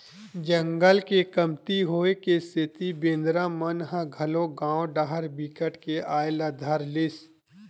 जंगल के कमती होए के सेती बेंदरा मन ह घलोक गाँव डाहर बिकट के आये ल धर लिस